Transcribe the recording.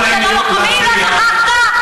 את הרצח של השוטרים לא שכחת?